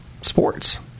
sports